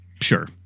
sure